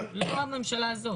הממשלה,